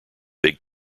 big